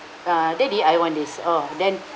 uh daddy I want this oh then